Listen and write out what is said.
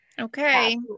okay